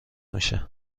میشه